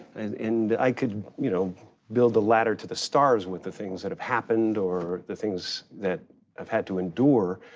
and i could you know build a ladder to the stars with the things that have happened or the things that i've had to endure,